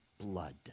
blood